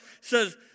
says